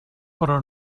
però